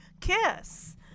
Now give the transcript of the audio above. kiss